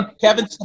Kevin